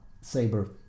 saber